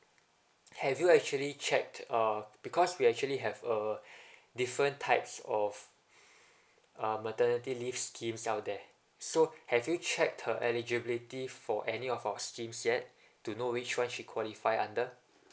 have you actually checked uh because we actually have uh different types of uh maternity leave schemes out there so have you checked her eligibility for any of our schemes yet to know which one she qualify under